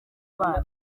bana